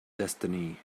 destiny